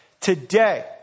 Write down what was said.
today